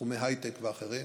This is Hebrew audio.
בתחומי הייטק ואחרים,